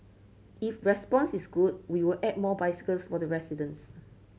if response is good we will add more bicycles for the residents